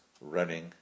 running